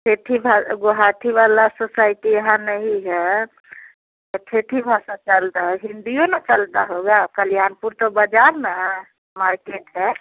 ठेठी भा गोहाठी वाला सोसाइटी यहाँ नहीं है तो ठेठी भाषा चलता है हिंदी न चलता होगा कल्यानपुर तो बजार न है मार्केट है